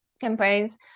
campaigns